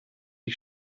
ich